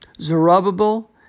Zerubbabel